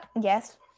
Yes